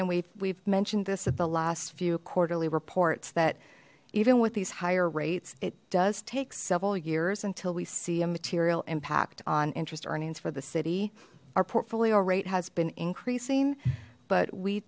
and we've mentioned this at the last few quarterly reports that even with these higher rates it does take several years until we see a material impact on interest earnings for the city our portfolio rate has been increasing but we